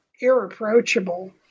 irreproachable